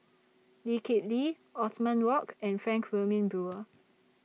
Lee Kip Lee Othman Wok and Frank Wilmin Brewer